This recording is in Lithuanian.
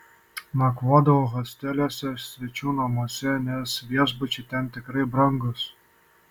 nakvodavau hosteliuose svečių namuose nes viešbučiai ten tikrai brangūs